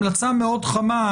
המלצה מאוד חמה,